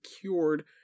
cured